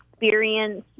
experience